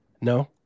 no